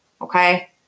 Okay